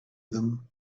them